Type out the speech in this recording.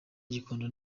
gikondo